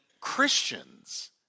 Christians